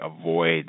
avoid